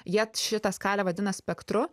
jie šitą skalę vadina spektru